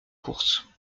course